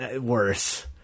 worse